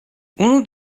unu